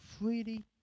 freely